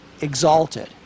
exalted